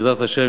בעזרת השם,